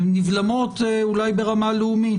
והן נבלמות אולי ברמה לאומית.